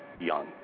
young